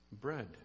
bread